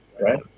right